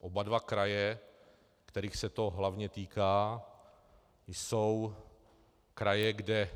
Oba dva kraje, kterých se to hlavně týká, jsou kraje, kde